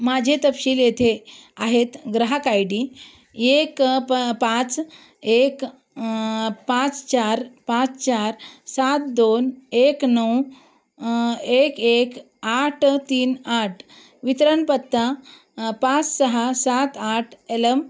माझे तपशील येथे आहेत ग्राहक आय डी एक प् पाच एक पाच चार पाच चार सात दोन एक नऊ एक एक आठ तीन आठ वितरणपत्ता पाच सहा सात आठ एलम्